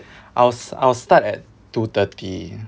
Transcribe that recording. I'll I'll start at two thirty